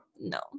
no